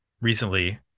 recently